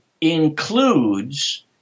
includes